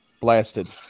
Blasted